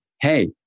hey